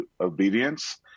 obedience